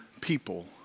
people